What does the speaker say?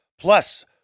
Plus